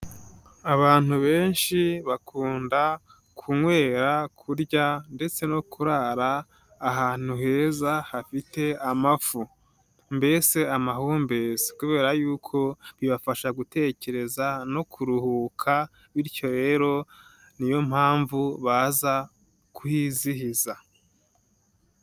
Abantu benshi bakunda kunywera, kurya ndetse no kurara ahantu heza hafite amafu mbese amahumbezi, kubera y'uko bibafasha gutekereza no kuruhuka bityo rero niyo mpamvu baza kuhizihiza.